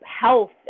health